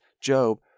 Job